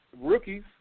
rookies